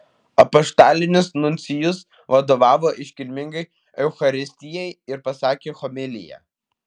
apaštalinis nuncijus vadovavo iškilmingai eucharistijai ir pasakė homiliją